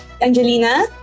angelina